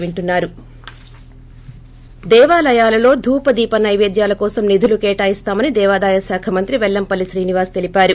break దేవాలయాలలో ధూపదీప నైపేద్యాల కోసం నిధులు కేటాయిస్తామని దేవాదాయశాఖ మంత్రి పెల్లంపల్లి శ్రీనివాస్ తెలిపారు